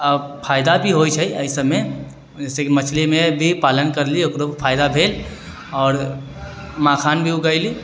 फायदा भी होइ छै एहि सभमे जइसे कि मछलीके पालन करलियै ओकरोमे फायदा भेल आओर मखान भी उगेलि